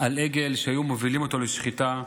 על עגל שהיו מובילים אותו לשחיטה.